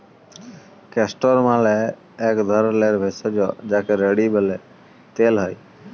castor মালে এক ধরলের ভেষজ যাকে রেড়ি ব্যলে তেল হ্যয়